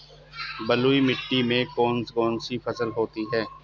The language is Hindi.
बलुई मिट्टी में कौन कौन सी फसल होती हैं?